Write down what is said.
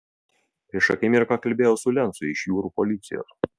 prieš akimirką kalbėjau su lencu iš jūrų policijos